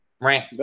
Right